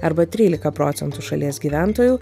arba trylika procentų šalies gyventojų